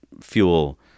fuel